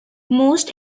most